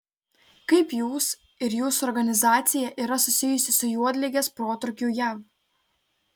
kaip jūs ir jūsų organizacija yra susijusi su juodligės protrūkiu jav